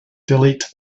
delete